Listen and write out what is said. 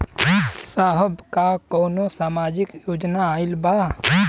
साहब का कौनो सामाजिक योजना आईल बा?